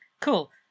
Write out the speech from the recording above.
cool